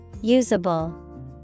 Usable